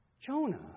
Jonah